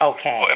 Okay